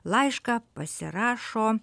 laišką pasirašo